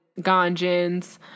Ganjins